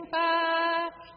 back